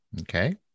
Okay